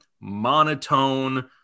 monotone